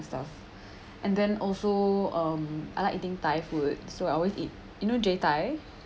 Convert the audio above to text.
stuff and then also um I like eating thai food so I always eat you know jai thai